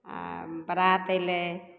आओर बरात अएलै